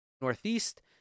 Northeast